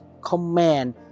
command